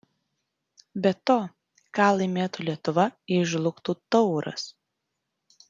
be to ką laimėtų lietuva jei žlugtų tauras